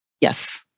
Yes